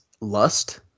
lust